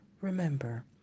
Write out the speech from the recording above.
Remember